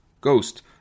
Ghost